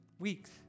weeks